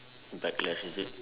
backlash is it